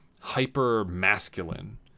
hyper-masculine